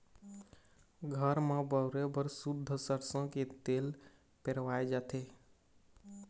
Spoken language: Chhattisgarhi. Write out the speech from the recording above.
घर म बउरे बर सुद्ध सरसो के तेल पेरवाए जाथे